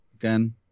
again